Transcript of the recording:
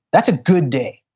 that's a good day.